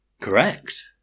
Correct